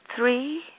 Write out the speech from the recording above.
three